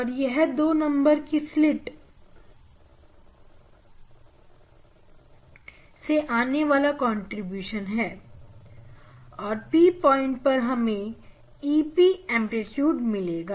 और यह सब दो नंबर की स्लिट से आने वाले कंट्रीब्यूशन है और पी पॉइंट पर हमें Ep एंप्लीट्यूड मिलेगा